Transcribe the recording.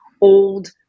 old